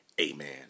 Amen